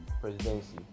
presidency